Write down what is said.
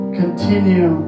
continue